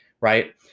right